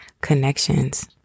connections